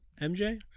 MJ